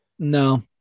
No